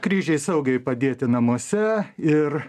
kryžiai saugiai padėti namuose ir